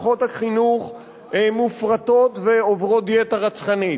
מערכות החינוך מופרטות ועוברות דיאטה רצחנית,